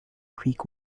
creek